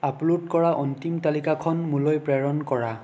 upload কৰা অন্তিম তালিকাখন মোলৈ প্ৰেৰণ কৰা